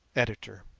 editor.